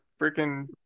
freaking